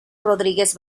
rodríguez